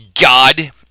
God